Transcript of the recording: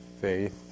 faith